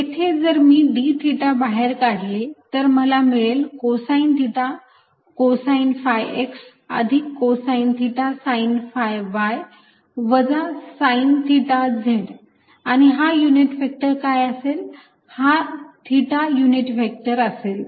येथे जर मी d थिटा बाहेर काढले तर मला मिळेल cosine theta cosine phi x अधिक cosine theta sine phi y वजा साइन थिटा z आणि हा युनिट व्हेक्टर काय असेल हा थिटा युनिट व्हेक्टर असेल